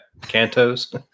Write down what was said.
Cantos